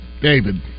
David